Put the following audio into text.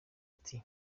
ati